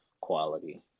quality